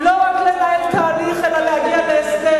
בשביל זה נצטרך לא רק לנהל תהליך אלא גם להגיע להסדר.